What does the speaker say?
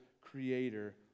creator